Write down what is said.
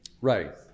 Right